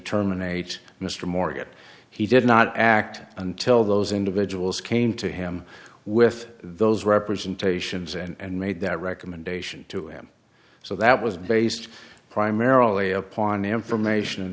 terminate mr morgan he did not act until those individuals came to him with those representations and made that recommendation to him so that was based primarily upon information